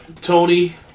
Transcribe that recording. Tony